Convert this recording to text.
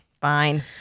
Fine